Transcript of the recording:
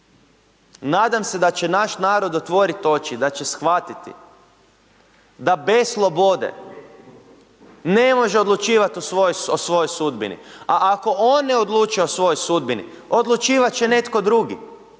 Nadam se da će naš narod otvorit oči i da će shvatiti da bez slobode ne može odlučivat o svojoj sudbini, a ako on ne odlučuje o svojoj sudbini, odlučivat će netko drugi,